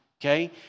okay